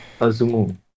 Azumu